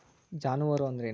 ಜಾನುವಾರು ಅಂದ್ರೇನು?